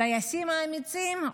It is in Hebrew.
הטייסים האמיצים,